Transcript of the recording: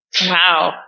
Wow